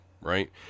right